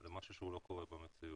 זה משהו שלא קורה במציאות.